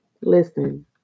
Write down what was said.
Listen